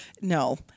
no